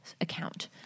account